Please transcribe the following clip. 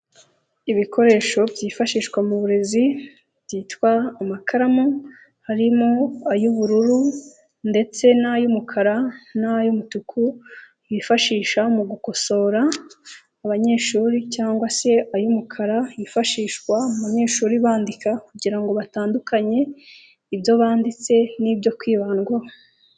Ibikoresho byifashishwa mu burezi byitwa amakaramu, harimo ay'ubururu ndetse n'ay'umukara n'ay'umutuku bifashisha mu gukosora abanyeshuri cyangwa se ay'umukara yifashishwa abanyeshuri bandika kugira ngo batandukanye ibyo banditse n'ibyo kwibandwaho.